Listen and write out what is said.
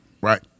right